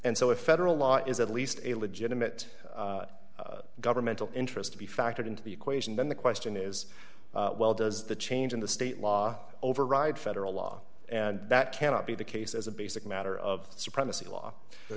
and so if federal law is at least a legitimate governmental interest to be factored into the equation then the question is well does the change in the state law override federal law and that cannot be the case as a basic matter of supremacy law so